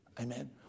Amen